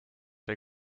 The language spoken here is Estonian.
või